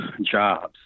jobs